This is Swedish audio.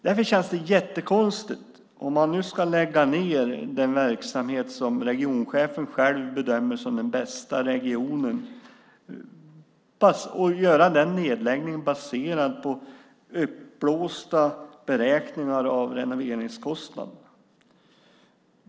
Därför känns det jättekonstigt om man nu ska lägga ned den verksamhet som regionchefen själv bedömer som den bästa regionen, och det är konstigt att denna nedläggning görs baserat på uppblåsta beräkningar av renoveringskostnaderna.